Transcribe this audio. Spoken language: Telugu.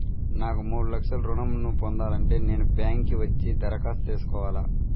నాకు మూడు లక్షలు ఋణం ను పొందాలంటే నేను బ్యాంక్కి వచ్చి దరఖాస్తు చేసుకోవాలా?